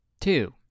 two